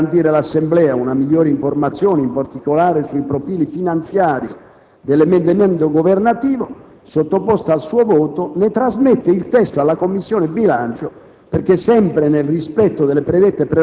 La Presidenza, peraltro, al fine di garantire all'Assemblea una migliore informazione in particolare sui profili finanziari dell'emendamento governativo sottoposto al suo voto, ne trasmette il testo alla Commissione bilancio